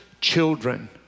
children